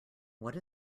what